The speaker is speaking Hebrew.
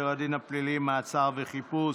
הצעת החוק לתיקון פקודת סדר הדין הפלילי (מעצר וחיפוש)